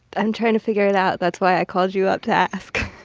i'm trying to figure it out. that's why i called you up to ask